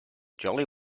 jolly